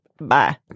Bye